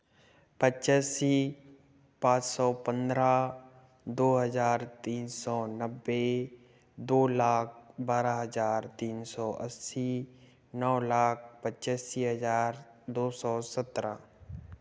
पच्चासी पाँच सौ पन्द्रह दो हज़ार तीन सौ नब्बे दो लाख बारह हज़ार तीन सौ अस्सी नौ लाख पच्चासी हज़ार दो सौ सत्रह